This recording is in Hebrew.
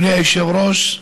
אדוני היושב-ראש,